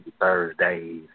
thursdays